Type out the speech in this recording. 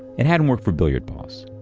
it hadn't worked for billiard balls.